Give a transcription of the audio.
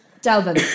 Delvin